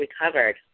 recovered